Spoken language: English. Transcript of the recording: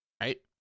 right